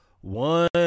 One